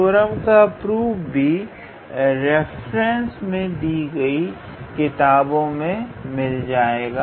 इस थ्योरम का प्रूफ भी रेफरेंसेस में दी गई किताबों में मिल जाएगा